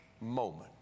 moment